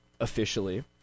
officially